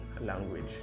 language